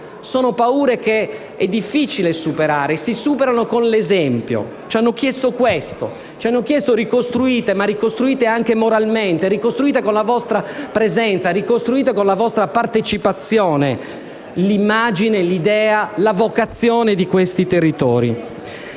che trema) è difficile da superare e si supera con l'esempio. Ci hanno chiesto questo. Ci hanno chiesto: ricostruite, ma ricostruite anche moralmente, ricostruite con la vostra presenza, ricostruite con la vostra partecipazione l'immagine, l'idea, la vocazione di questi territori.